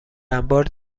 انبار